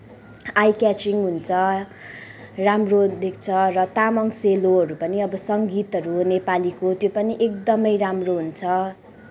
आइ catching हुन्छ राम्रो देख्छ र तामाङ सेलोहरू पनि अब सङ्गीतहरू हो नेपालीको त्यो पनि एकदमै राम्रो हुन्छ